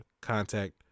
contact